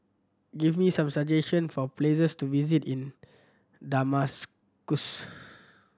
give me some suggestion for places to visit in Damascus